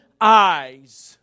eyes